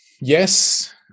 Yes